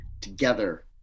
together